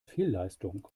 fehlleistung